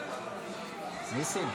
הקשבתי לרוב הדוברים.